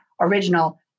original